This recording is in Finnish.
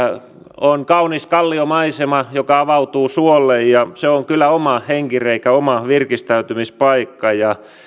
on kaunis kalliomaisema joka avautuu suolle ja se on kyllä minulle oma henkireikä oma virkistäytymispaikka